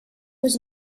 was